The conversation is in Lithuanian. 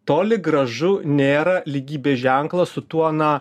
toli gražu nėra lygybės ženklas su tuo na